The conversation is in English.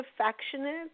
affectionate